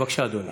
בבקשה, אדוני.